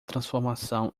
transformação